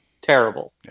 terrible